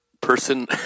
person